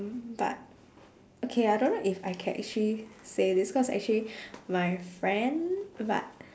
mm but okay I don't know if I can actually say this cause actually my friend but